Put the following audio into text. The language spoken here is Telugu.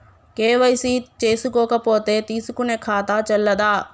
కే.వై.సీ చేసుకోకపోతే తీసుకునే ఖాతా చెల్లదా?